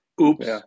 Oops